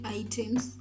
items